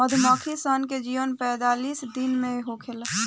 मधुमक्खी सन के जीवन पैतालीस दिन के होखेला